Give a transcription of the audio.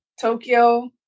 Tokyo